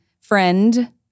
Friend